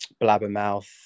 Blabbermouth